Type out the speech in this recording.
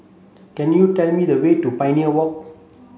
can you tell me the way to Pioneer Walk